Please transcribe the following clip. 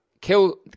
Kill